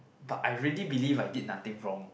but I really believed I did nothing wrong